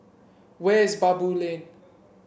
where is Baboo Lane